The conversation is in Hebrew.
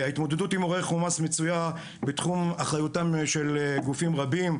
ההתמודדות עם אירועי חומ"ס מצויה בתחום אחריותם של גופים רבים,